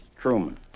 Truman